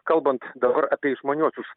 kalbant dabar apie išmaniuosius